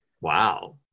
Wow